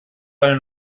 eine